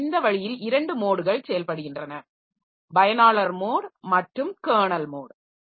எனவே இந்த வழியில் இரண்டு மோட்கள் செயல்படுகின்றன பயனாளர் மோட் மற்றும் கெர்னல் மோட்